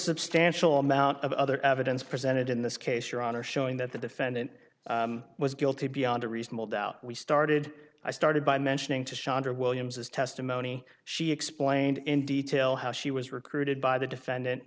substantial amount of other evidence presented in this case your honor showing that the defendant was guilty beyond a reasonable doubt we started i started by mentioning to shandra williams his testimony she explained in detail how she was recruited by the defendant